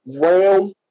realm